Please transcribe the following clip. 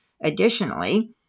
Additionally